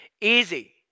easy